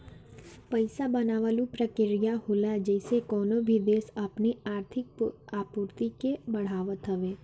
पईसा बनावल उ प्रक्रिया होला जेसे कवनो भी देस अपनी आर्थिक आपूर्ति के बढ़ावत हवे